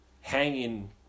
hanging